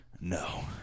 No